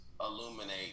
illuminate